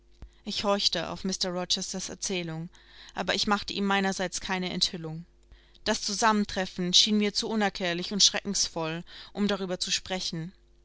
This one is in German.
ich horchte auf mr rochesters erzählung aber ich machte ihm meinerseits keine enthüllung das zusammentreffen schien mir zu unerklärlich und schreckensvoll um darüber zu sprechen